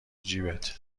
جیبت